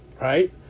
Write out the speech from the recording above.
right